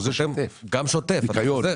גם שוטף.